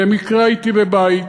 במקרה הייתי בבית,